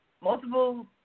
multiple